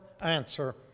answer